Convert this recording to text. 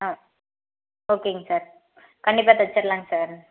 ஆ ஓகேங்க சார் கண்டிப்பாக தச்சிடலாங்க சார்